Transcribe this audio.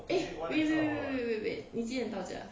eh wait wait wait wait wait wait 你几点到家